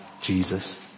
Jesus